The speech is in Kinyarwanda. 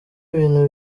bintu